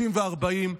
30 ו-40,